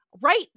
right